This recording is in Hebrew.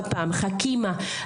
חכימא,